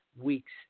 week's